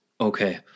Okay